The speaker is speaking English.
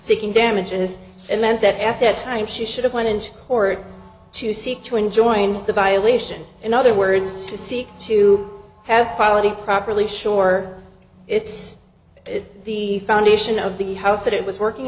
seeking damages and meant that at that time she should have gone into court to seek to enjoin the violation in other words to seek to have quality properly sure it's the foundation of the house that it was working